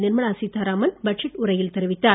Nirmala Sitharaman budget உரையில் தெரிவித்தார்